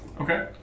Okay